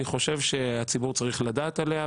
אני חושב שהציבור צריך לדעת עליה,